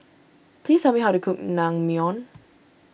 please tell me how to cook Naengmyeon